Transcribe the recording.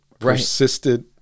persisted